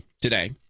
today